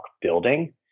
building